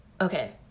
okay